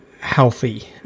healthy